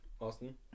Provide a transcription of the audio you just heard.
Austin